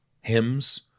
hymns